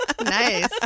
Nice